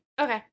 Okay